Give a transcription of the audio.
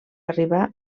arribar